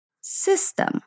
system